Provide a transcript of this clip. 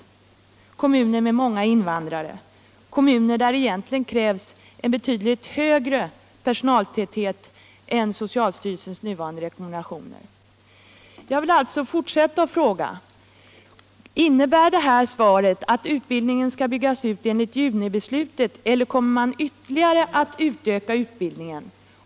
Det är kommuner med många invandrare, kommuner där det egentligen krävs en betydligt större personaltäthet än enligt socialstyrelsens nuvarande rekommendationer. Jag vill fortsätta med en följdfråga: Innebär det här svaret att utbyggnaden skall göras enligt junibeslutet, etter kommer man att ytterligare utöka utbyggnaden?